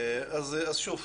אז שוב,